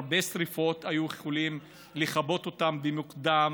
הרבה שרפות היו יכולים לכבות אותן מוקדם